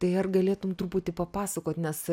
tai ar galėtum truputį papasakot nes